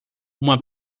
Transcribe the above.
uma